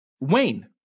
Wayne